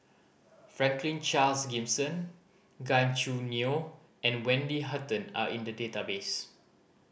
Franklin Charles Gimson Gan Choo Neo and Wendy Hutton are in the database